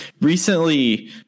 recently